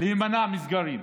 להימנע מסגרים,